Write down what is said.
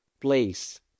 place